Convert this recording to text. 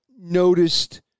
noticed